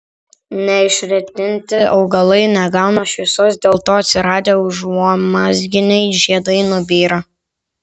neišretinti augalai negauna šviesos dėl to atsiradę užuomazginiai žiedai nubyra